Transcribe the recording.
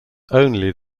only